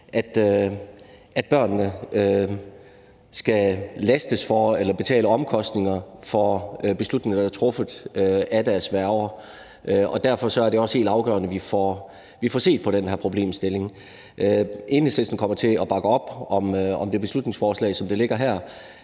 for eller betale omkostninger på baggrund af beslutninger, der er truffet af deres værger. Derfor er det også helt afgørende, at vi får set på den her problemstilling. Enhedslisten kommer til at bakke op om beslutningsforslaget, som det ligger her.